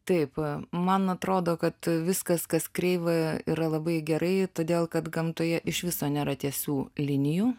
taip man atrodo kad viskas kas kreiva yra labai gerai todėl kad gamtoje iš viso nėra tiesių linijų